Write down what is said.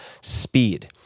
speed